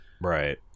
right